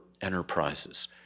enterprises